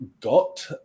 got